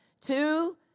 two